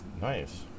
Nice